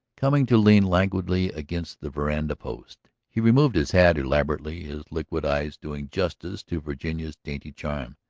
coming to lean languidly against the veranda post. he removed his hat elaborately, his liquid eyes doing justice to virginia's dainty charm.